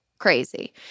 crazy